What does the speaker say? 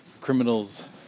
criminals